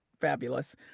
fabulous